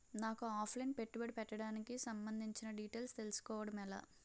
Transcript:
నాకు offline పెట్టుబడి పెట్టడానికి సంబందించిన డీటైల్స్ తెలుసుకోవడం ఎలా?